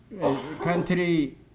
country